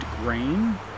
grain